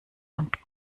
und